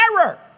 error